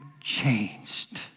changed